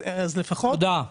תודה.